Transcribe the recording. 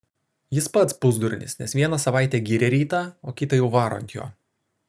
jis pats pusdurnis nes vieną savaitę giria rytą o kitą jau varo ant jo